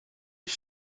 les